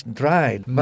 dried